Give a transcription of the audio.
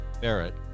Barrett